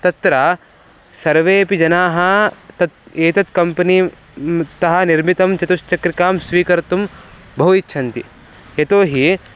तत्र सर्वेऽपि जनाः तत् एतत् कम्पनी तः निर्मितं चतुश्चक्रिकां स्वीकर्तुं बहु इच्छन्ति यतोहि